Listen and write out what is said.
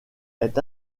est